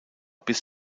bis